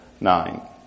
nine